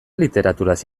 literaturaz